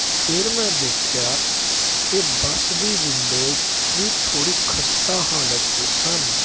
ਫਿਰ ਮੈਂ ਦੇਖਿਆ ਕਿ ਬੱਸ ਦੀ ਵਿੰਡੋਜ਼ ਵੀ ਥੋੜ੍ਹੀ ਖਸਤਾ ਹਾਲਤ 'ਚ ਸਨ